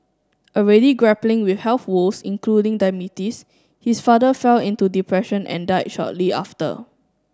already grappling with health woes including diabetes his father fell into depression and died shortly after